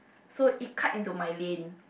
so it cut in to my lane